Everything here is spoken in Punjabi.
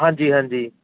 ਹਾਂਜੀ ਹਾਂਜੀ